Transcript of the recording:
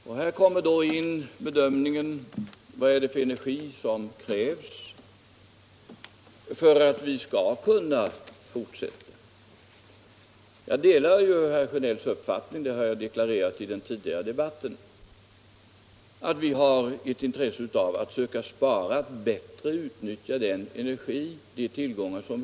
Här har vi då att göra bedömningen vilken energi som krävs för att vi skall kunna fortsätta utbyggnaden av industrin. Jag delar herr Sjö nells uppfattning — det har jag deklarerat tidigare i debatten — att vi har ett intresse av att söka spara och bättre utnyttja de energitillgångar vi har.